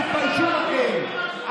תתביישו לכם.